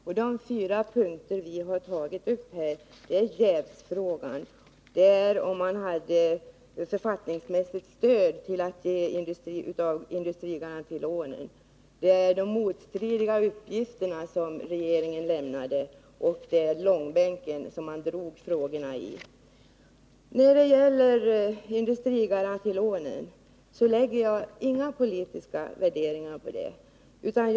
Och de fyra punkter som vi har tagit upp är jävsfrågan, om regeringen hade författningsmässigt stöd för att ge industrigarantilån, de motstridiga uppgifter som regeringen lämnade och långbänken som man drog frågorna i. Jag lägger inga politiska värderingar på frågan om industrigarantilånen.